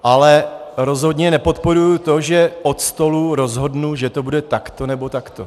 Ale rozhodně nepodporuji to, že od stolu rozhodnu, že to bude takto, nebo takto.